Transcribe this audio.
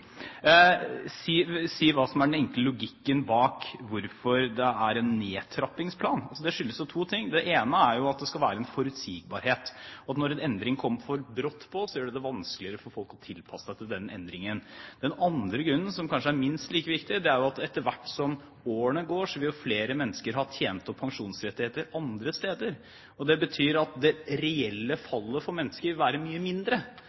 si hva som er den enkle logikken bak hvorfor det er en nedtrappingsplan. Det skyldes to ting: Det ene er at det skal være forutsigbart. Når en endring kommer for brått på, gjør det det vanskeligere for folk å tilpasse seg den endringen. Den andre grunnen, som kanskje er minst like viktig, er at etter hvert som årene går, vil flere mennesker ha tjent opp pensjonsrettigheter andre steder. Det betyr at det reelle fallet for mennesker vil være mye mindre